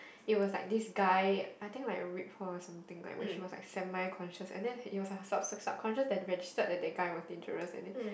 it was like this guy I think like raped her or something like when she was like semi conscious and then it was her sub~ subconscious that registered that that guy was dangerous and then